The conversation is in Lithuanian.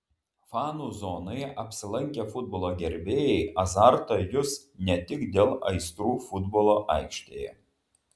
fanų zonoje apsilankę futbolo gerbėjai azartą jus ne tik dėl aistrų futbolo aikštėje